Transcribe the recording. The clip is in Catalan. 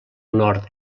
nord